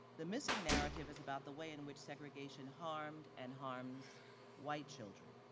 the missing narrative is about the way in which segregation harmed and harms white children.